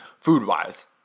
food-wise